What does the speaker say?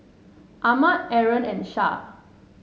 Ahmad Aaron and Shah